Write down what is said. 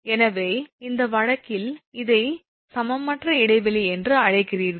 எனவே அந்த வழக்கில் இதை சமமற்ற இடைவெளி என்று அழைக்கிறீர்கள்